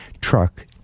truck